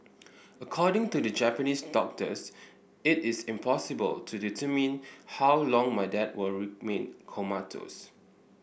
according to the Japanese doctors it is impossible to determine how long my dad will remain comatose